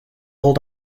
hold